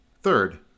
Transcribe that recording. Third